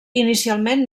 inicialment